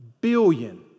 Billion